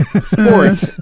Sport